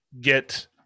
get